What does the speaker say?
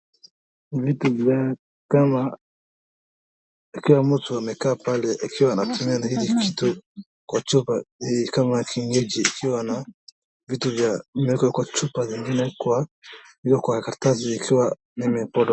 Vitu vya kama, ikiwa mtu amekaa pale akiwa anatumia na hiki kitu kwa chupa ni kama kinywaji ikiwa na vitu vimeweka kwa chupa na ikiwa na vingine kwa karatasi ikiwa ime.